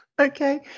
Okay